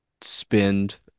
spend